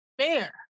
fair